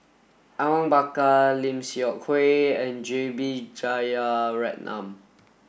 Awang Bakar Lim Seok Hui and J B Jeyaretnam